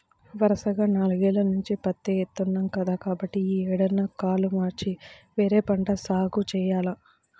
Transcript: వరసగా నాలుగేల్ల నుంచి పత్తే ఏత్తన్నాం కదా, కాబట్టి యీ ఏడన్నా కాలు మార్చి వేరే పంట సాగు జెయ్యాల